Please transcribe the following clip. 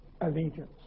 allegiance